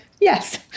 Yes